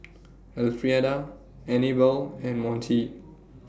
Elfrieda Anibal and Monty